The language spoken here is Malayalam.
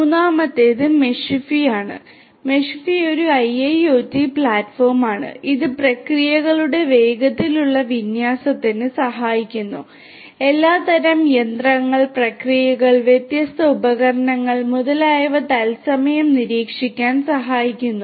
മൂന്നാമത്തേത് മെഷിഫി ആണ് മെഷീഫി ഒരു IIoT പ്ലാറ്റ്ഫോമാണ് ഇത് പ്രക്രിയകളുടെ വേഗത്തിലുള്ള വിന്യാസത്തിന് സഹായിക്കുന്നു എല്ലാത്തരം യന്ത്രങ്ങൾ പ്രക്രിയകൾ വ്യത്യസ്ത ഉപകരണങ്ങൾ മുതലായവ തത്സമയം നിരീക്ഷിക്കാൻ സഹായിക്കുന്നു